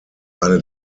eine